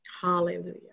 Hallelujah